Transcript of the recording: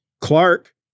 Clark